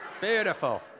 Beautiful